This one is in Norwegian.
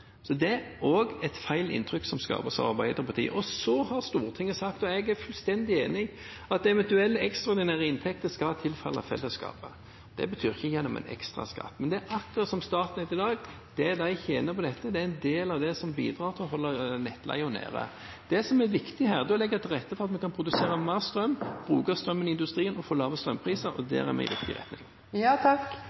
det er også et feil inntrykk som skapes av Arbeiderpartiet. Stortinget har sagt, og jeg er fullstendig enig, at eventuelle ekstraordinære inntekter skal tilfalle fellesskapet. Det betyr ikke gjennom en ekstra skatt, men det er akkurat som Statnett i dag: Det de tjener på dette, er en del av det som bidrar til å holde nettleien nede. Det som er viktig her, er å legge til rette for at vi kan produsere mer strøm, bruke strømmen i industrien og få lave strømpriser, og der går vi i riktig